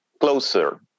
Closer